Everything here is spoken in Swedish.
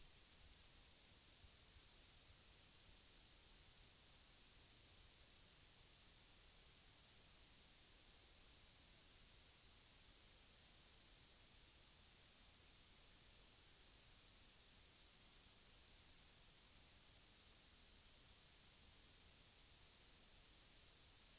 Med det anförda yrkar jag på samtliga punkter bifall till utskottets hemställan.